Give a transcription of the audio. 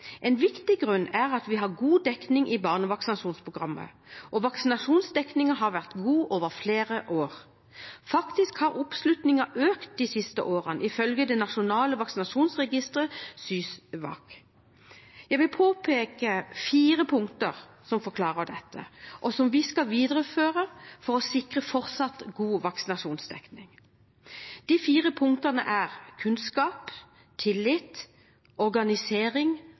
En viktig grunn er at vi har god dekning i barnevaksinasjonsprogrammet, og vaksinasjonsdekningen har vært god over flere år. Faktisk har oppslutningen økt de siste årene, ifølge det nasjonale vaksinasjonsregisteret, SYSVAK. Jeg vil påpeke fire punkter som forklarer dette, og som vi skal videreføre for å sikre fortsatt god vaksinasjonsdekning. De fire punktene er kunnskap, tillit, organisering